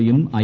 ഒയും I